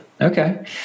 Okay